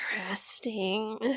Interesting